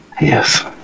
Yes